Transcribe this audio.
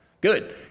Good